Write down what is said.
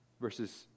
versus